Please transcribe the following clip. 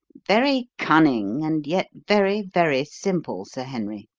very cunning, and yet very, very simple, sir henry.